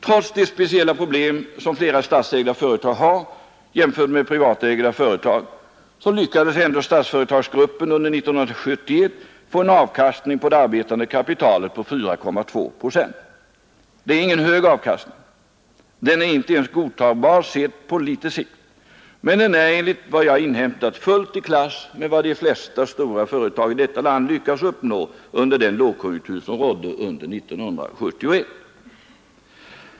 Trots de speciella problem som flera statsägda företag har jämfört med privatägda företag lyckades ändå Statsföretagsgruppen under 1971 få en avkastning på det arbetande kapitalet på 4,2 procent. Det är ingen hög avkastning; den är inte ens godtagbar sedd på litet sikt. Men den är enligt vad jag inhämtat fullt i klass med vad de flesta stora företag i detta land lyckades uppnå under den lågkonjunktur som rådde 1971.